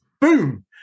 boom